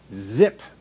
Zip